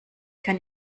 kann